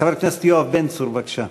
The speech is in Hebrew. חבר הכנסת יואב בן צור, בבקשה.